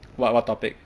what what topic